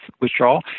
withdrawal